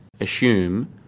assume